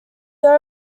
there